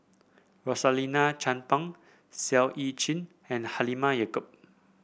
Rosaline Chan Pang Siow Lee Chin and Halimah Yacob